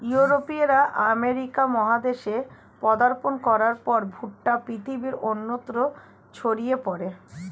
ইউরোপীয়রা আমেরিকা মহাদেশে পদার্পণ করার পর ভুট্টা পৃথিবীর অন্যত্র ছড়িয়ে পড়ে